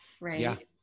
right